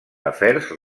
afers